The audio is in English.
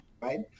right